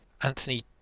Anthony